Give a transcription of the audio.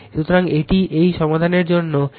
সুতরাং এটি এই সমাধানের জন্য এটি একটি অনুশীলন